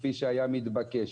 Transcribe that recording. כפי שהיה מתבקש.